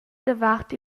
davart